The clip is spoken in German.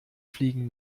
fliegen